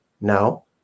No